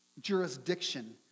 jurisdiction